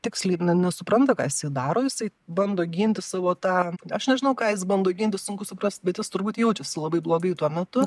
tiksliai nesupranta ką jisai daro jisai bando ginti savo tą aš nežinau ką jis bando ginti sunku suprast bet jis turbūt jaučiasi labai blogai tuo metu